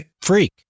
freak